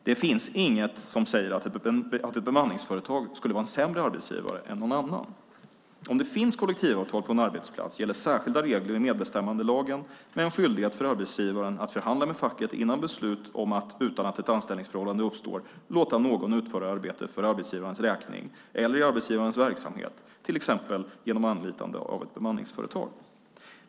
Det finns inget som säger att ett bemanningsföretag skulle vara en sämre arbetsgivare än någon annan. Om det finns kollektivavtal på en arbetsplats gäller särskilda regler i medbestämmandelagen med en skyldighet för arbetsgivaren att förhandla med facket innan beslut om att, utan att ett anställningsförhållande uppstår, låta någon utföra arbete för arbetsgivarens räkning eller i arbetsgivarens verksamhet, till exempel genom anlitande av ett bemanningsföretag.